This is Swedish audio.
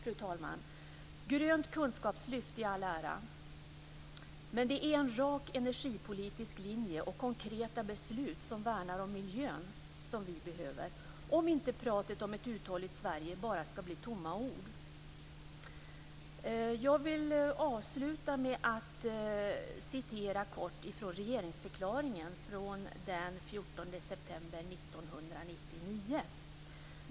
Fru talman! Ett grönt kunskapslyft i all ära, men det är en rak energipolitisk linje och konkreta beslut som värnar om miljön som vi behöver om inte pratet om ett uthålligt Sverige bara ska bli tomma ord. Jag vill avsluta med att citera en del av regeringsförklaringen från den 14 september 1999.